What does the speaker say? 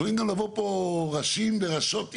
כשאתה תלוי איך אתה אומר את זה בלשון החוק.